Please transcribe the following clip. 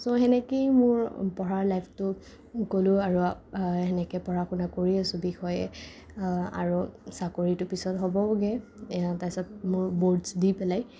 চ' সেনেকেই মোৰ পঢ়াৰ লাইফটো ক'লো আৰু সেনেকেই পঢ়া শুনা কৰি আছো বিষয়ে আৰু চাকৰিটো পিছত হ'বগে তাছত মোৰ বৰ্ডচ্ দি পেলাই